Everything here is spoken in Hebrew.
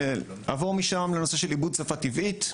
עבור משם לנושא של עיבוד שפה טבעית,